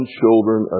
children